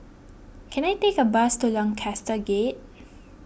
can I take a bus to Lancaster Gate